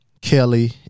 Kelly